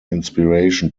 inspiration